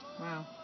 Wow